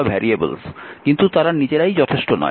কিন্তু তারা নিজেরাই যথেষ্ট নয়